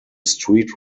street